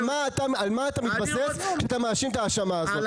על מה אתה מתבסס כשאתה מאשים את ההאשמה הזאת?